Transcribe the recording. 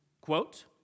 quote